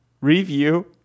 review